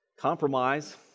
compromise